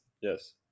Yes